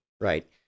right